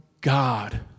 God